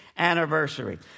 Anniversary